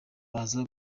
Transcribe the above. baza